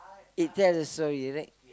it tells a story is right